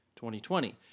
2020